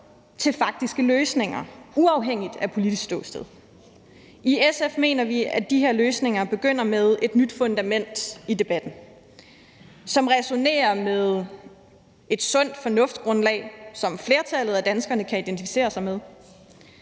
til faktiske løsninger – uafhængigt af politisk ståsted. I SF mener vi, at de her løsninger begynder med et nyt fundament i debatten, som resonerer med et sundt fornuftsgrundlag, som flertallet af danskerne kan identificere sig med.